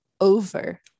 over